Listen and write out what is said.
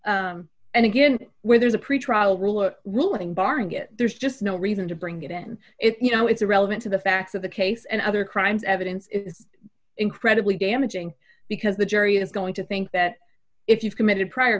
both and again where there's a pretrial rule or ruling barring it there's just no reason to bring it in if you know it's irrelevant to the facts of the case and other crimes evidence is incredibly damaging because the jury is going to think that if you've committed prior